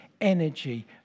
energy